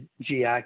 GI